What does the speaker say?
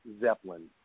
Zeppelin